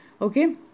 Okay